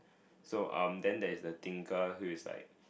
so um then there's the thinker who is like